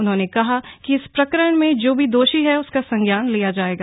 उन्होंने कहा कि इस प्रकरण में जो भी दोषी है उसका संज्ञान लिया जायेगा